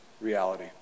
reality